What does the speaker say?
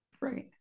Right